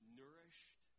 nourished